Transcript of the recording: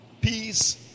Peace